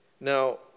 Now